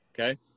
okay